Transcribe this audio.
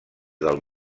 del